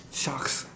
shucks